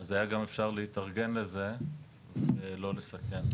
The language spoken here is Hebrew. אז היה גם אפשר להתארגן לזה ולא לסכן את הציבור.